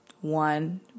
one